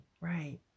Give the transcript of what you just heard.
right